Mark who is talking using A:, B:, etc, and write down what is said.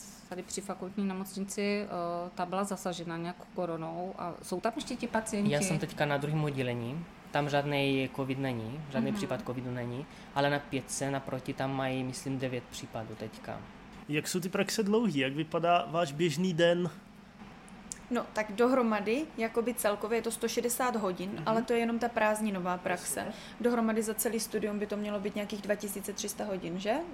A: tady při fakultní nemocnici, eh, ta byla zasažena nějak koronou a jsou tam ještě ti
B: Já jsem
A: pacienti?
B: teďka na druhém oddělení. Tam žádnej covid není, žádný
A: Mhm.
B: případ covidu není, ale na pětce naproti tam mají, myslím, devět případů teďka.
C: Jak jsou ty praxe dlouhý? Jak vypadá váš běžný den?
D: No, tak dohromady, jakoby celkově je to 160 hodin,
B: Mhm.
D: ale to je jenom ta prázdninová
B: To je
D: praxe.
B: super.
D: Dohromady za celý studium by to mělo být nějakých 2300 hodin, že?